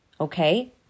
Okay